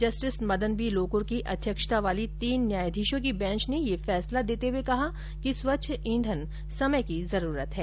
justice Madan B Lokur की अध्यक्षता वाली तीन न्यायाधीशों की बैंच ने ये फैसला देते हुए कहा कि स्वच्छ ईंधन समय की जरूरत है